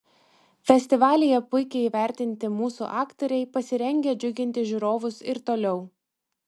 festivalyje puikiai įvertinti mūsų aktoriai pasirengę džiuginti žiūrovus ir toliau